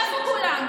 איפה כולם?